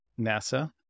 NASA